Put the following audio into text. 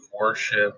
worship